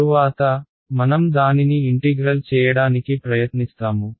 తరువాత మనం దానిని ఇంటిగ్రల్ చేయడానికి ప్రయత్నిస్తాము